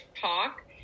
talk